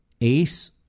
ace